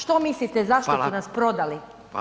Što mislite [[Upadica Radin: Hvala.]] zašto su nas prodali?